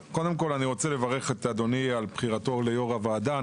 אני רוצה לברך את אדוני על בחירתו ליו"ר הוועדה.